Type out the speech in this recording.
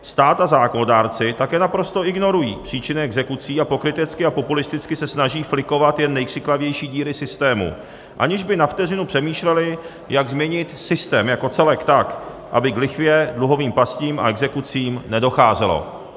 Stát a zákonodárci také naprosto ignorují příčiny exekucí a pokrytecky a populisticky se snaží flikovat jen nejkřiklavější díry systému, aniž by na vteřinu přemýšleli, jak změnit systém jako celek tak, aby k lichvě, dluhovým pastím a exekucím nedocházelo.